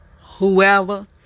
whoever